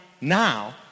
now